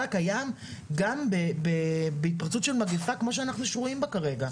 הקיים גם בהתפרצות של מגיפה כמו שאנחנו שרויים בה כרגע.